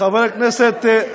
חבר הכנסת,